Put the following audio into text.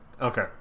Okay